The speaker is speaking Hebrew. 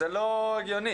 זה לא הגיוני.